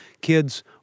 kids